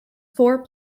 four